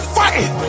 fighting